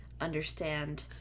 understand